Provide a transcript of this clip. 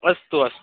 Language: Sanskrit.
अस्तु अस्तु